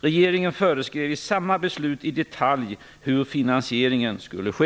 Regeringen föreskrev i samma beslut i detalj hur finansieringen skulle ske.